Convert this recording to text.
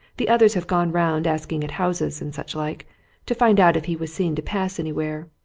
the others have gone round asking at houses, and such-like to find out if he was seen to pass anywhere.